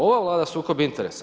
Ova Vlada sukob interesa?